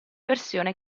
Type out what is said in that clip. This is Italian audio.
versione